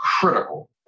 critical